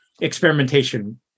experimentation